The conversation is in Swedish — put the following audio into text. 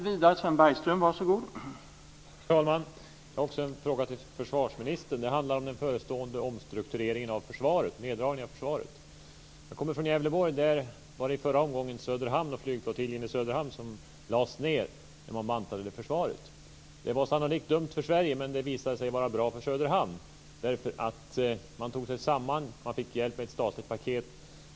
Herr talman! Jag har också en fråga till försvarsministern. Den handlar om den förestående omstruktureringen, neddragningen, av försvaret. Jag kommer från Gävleborg. Där var det i förra omgången Söderhamn, flygflottiljen i Söderhamn, som lades ned när man bantade försvaret. Det var sannolikt dumt för Sverige, men det visade vara bra för Söderhamn. Man tog sig samman. Man fick hjälp med ett statligt paket.